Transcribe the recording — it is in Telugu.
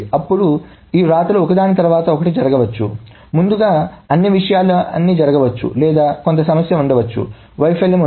అప్పుడు ఈ వ్రాతలు ఒకదాని తర్వాత ఒకటి జరగవచ్చు ముందుగా సమయం చూడండి 0631 అన్ని విషయాలన్నీ జరగవచ్చు లేదా కొంత సమస్య ఉండొచ్చు వైఫల్యం ఉంది